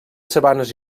sabanes